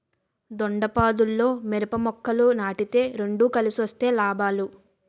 దొండపాదుల్లో మిరప మొక్కలు నాటితే రెండు కలిసొస్తే లాభాలు